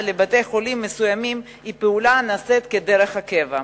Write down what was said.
לבתי-חולים מסוימים הוא פעולה הנעשית בדרך קבע.